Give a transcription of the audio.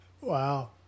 Wow